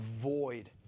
void